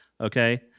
Okay